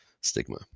Stigma